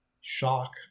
shock